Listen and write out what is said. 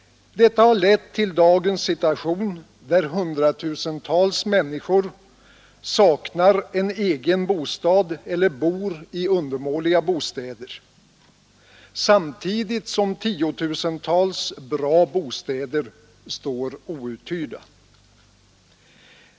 Detta har lett till dagens situation, där hundratusentals människor saknar en egen bostad eller bor i undermåliga bostäder samtidigt som tiotusentals bra bostäder står outhyrda.